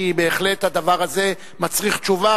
כי בהחלט הדבר הזה מצריך תשובה.